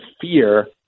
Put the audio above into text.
fear